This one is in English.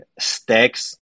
stacks